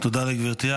תודה לגברתי.